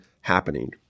happening